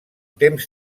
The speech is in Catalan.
temps